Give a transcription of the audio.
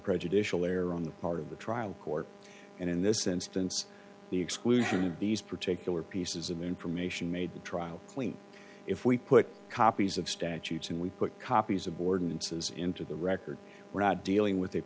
prejudicial error on the part of the trial court and in this instance the exclusion of these particular pieces of information made the trial clean if we put copies of statutes and we put copies of borden says into the record we're not dealing with